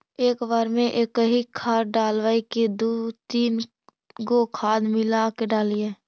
एक बार मे एकही खाद डालबय की दू तीन गो खाद मिला के डालीय?